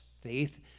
faith